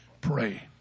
pray